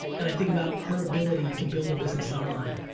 and i think about her ability to build a business online.